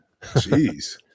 Jeez